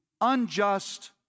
unjust